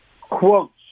quotes